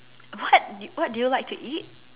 what what do you like to eat